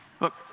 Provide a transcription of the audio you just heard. look